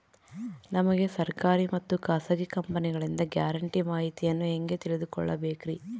ನಮಗೆ ಸರ್ಕಾರಿ ಮತ್ತು ಖಾಸಗಿ ಕಂಪನಿಗಳಿಂದ ಗ್ಯಾರಂಟಿ ಮಾಹಿತಿಯನ್ನು ಹೆಂಗೆ ತಿಳಿದುಕೊಳ್ಳಬೇಕ್ರಿ?